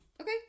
okay